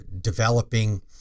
developing